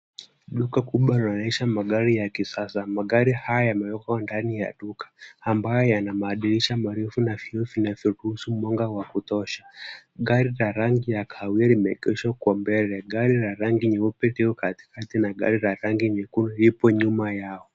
Duka kubwa linaonyesha magari ya kisasa. Magari haya yameweka ndani ya duka ambayo yana madirisha marefu na vioo vinavyoruhusu mwanga wa kutosha. Gari la rangi ya kahawia limeegeshwa kwa mbele, gari la rangi nyeupe liko katikati na gari la rangi ya nyekundu lipo nyuma yao.